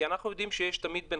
אנחנו יודעים תמיד שיש בין